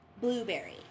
Blueberry